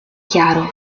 chiaro